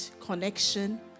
connection